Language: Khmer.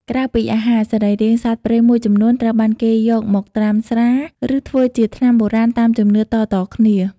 ក្រៅពីអាហារ សរីរាង្គសត្វព្រៃមួយចំនួនត្រូវបានគេយកមកត្រាំស្រា ឬធ្វើជាថ្នាំបុរាណតាមជំនឿតៗគ្នា។